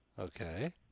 Okay